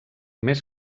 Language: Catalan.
més